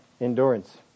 endurance